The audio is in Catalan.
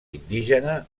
indígena